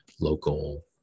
local